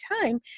time